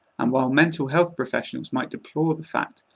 and while mental-health professionals might deplore the fact,